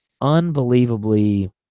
unbelievably